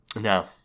No